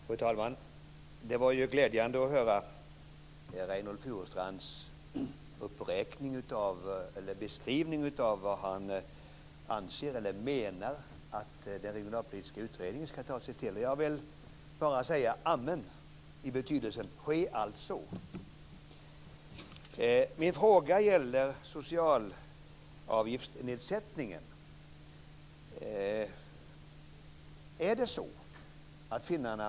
Fru talman! Det var glädjande att höra Reynoldh Furustrands beskrivning av vad han menar att den regionalpolitiska utredningen ska ta sig före. Jag vill bara säga: Amen, i betydelsen: Ske alltså. Min fråga gäller nedsättningen av de sociala avgifterna.